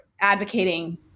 advocating